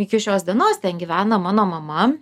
iki šios dienos ten gyvena mano mama